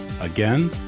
Again